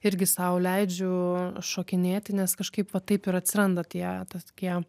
irgi sau leidžiu šokinėti nes kažkaip va taip ir atsiranda tie tas tokie